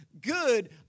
good